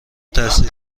تحصیل